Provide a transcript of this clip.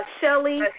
Shelly